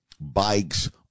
Bikes